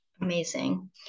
Amazing